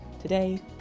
Today